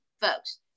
Folks